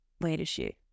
leadership